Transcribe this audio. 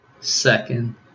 second